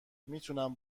میتونم